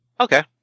Okay